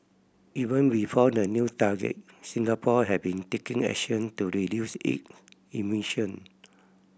even before the new target Singapore had been taking action to reduce it emission